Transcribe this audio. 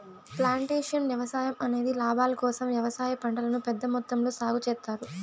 plantation వ్యవసాయం అనేది లాభాల కోసం వ్యవసాయ పంటలను పెద్ద మొత్తంలో సాగు చేత్తారు